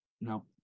No